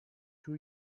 two